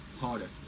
harder